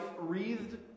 wreathed